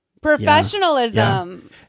professionalism